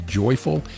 joyful